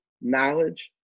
knowledge